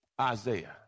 Isaiah